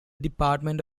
department